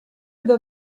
iddo